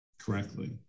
correctly